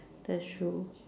that's true